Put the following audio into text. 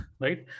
right